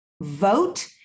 vote